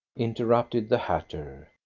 interrupted the hatter.